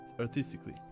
artistically